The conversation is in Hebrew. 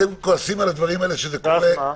אתם כועסים על הדברים האלה כשהם קורים --- ואז מה?